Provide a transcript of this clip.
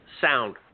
sound